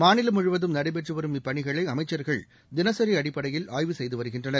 மாநிலம் முழுவதும் நடைபெற்றுவரும் இப்பணிகளைஅமைச்சர்கள் தினசரிஅடிப்படையில் ஆய்வு செய்துவருகின்றனர்